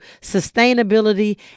sustainability